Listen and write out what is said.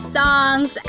songs